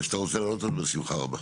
שאתה רוצה להעלות אותה, בשמחה רבה.